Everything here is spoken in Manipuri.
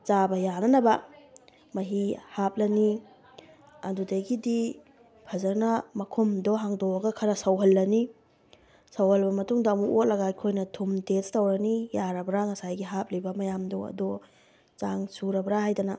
ꯆꯥꯕ ꯌꯥꯅꯅꯕ ꯃꯍꯤ ꯍꯥꯞꯂꯅꯤ ꯑꯗꯨꯗꯒꯤꯗꯤ ꯐꯖꯅ ꯃꯈꯨꯝꯗꯣ ꯍꯥꯡꯗꯣꯛꯑꯒ ꯈꯔ ꯁꯧꯍꯜꯂꯅꯤ ꯁꯧꯍꯜꯂꯕ ꯃꯇꯨꯡꯗ ꯑꯃꯨꯛ ꯑꯣꯠꯂꯒ ꯑꯩꯈꯣꯏꯅ ꯊꯨꯝ ꯇꯦꯁ ꯇꯧꯔꯅꯤ ꯌꯥꯔꯕ꯭ꯔꯥ ꯉꯁꯥꯏꯒꯤ ꯍꯥꯞꯂꯤꯕ ꯃꯌꯥꯝꯗꯣ ꯑꯗꯣ ꯆꯥꯡ ꯁꯨꯔꯕ꯭ꯔꯥ ꯍꯥꯏꯗꯅ